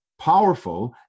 powerful